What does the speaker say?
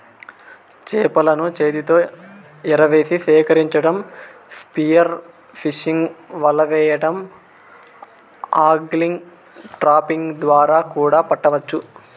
చేపలను చేతితో ఎరవేసి సేకరించటం, స్పియర్ ఫిషింగ్, వల వెయ్యడం, ఆగ్లింగ్, ట్రాపింగ్ ద్వారా కూడా పట్టవచ్చు